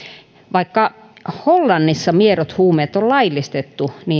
vaikka hollannissa miedot huumeet on laillistettu